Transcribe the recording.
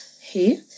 hey